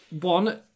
one